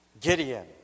Gideon